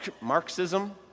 Marxism